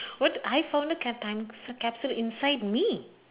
what I found the cap~ time s~ capsule inside me